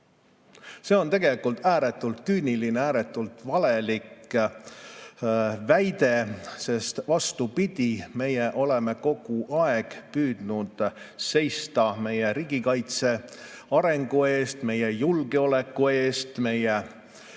See on tegelikult ääretult küüniline, ääretult valelik väide, sest vastupidi, meie oleme kogu aeg püüdnud seista meie riigikaitse arengu eest, meie julgeoleku eest, meie